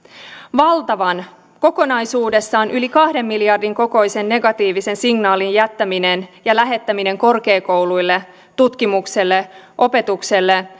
valtavan kokonaisuudessaan yli kahden miljardin kokoisen negatiivisen signaalin jättäminen ja lähettäminen korkeakouluille tutkimukselle opetukselle